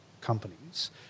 companies